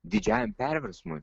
didžiajam perversmui